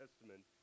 Testament